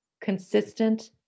consistent